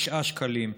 9 שקלים,